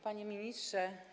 Panie Ministrze!